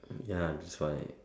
ya that's why